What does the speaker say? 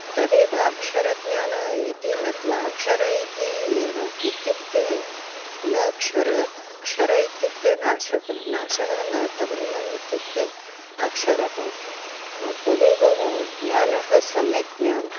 तदेव अक्षरज्ञानम् इति मत्वा अक्षरम् इति इत्युक्ते न क्षरं क्षरम् इत्युक्ते नाशः नाशः न भवनीयम् इत्युक्ते अक्षरः तदेव ज्ञानं सम्यक् ज्ञानम्